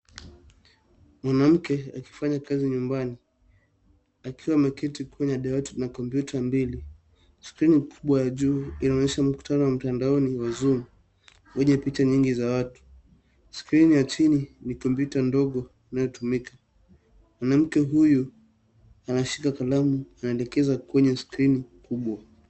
Mwanamke akifanya kazi nyumbani akiwa ameketi kwenye dawati na kompyuta mbili. Skrini kubwa ya juu inaonyesha mkuatano wa mtandaoni wa zoom wenye picha nyingi za watu. Skrini ya chini ni kompyuta ndogo inayotumika. Mwanamke huyu anashika kalamu anaelekeza kwenye skrini kubwa.